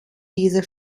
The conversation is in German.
dieser